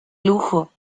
lujo